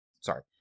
sorry